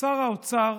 שר האוצר,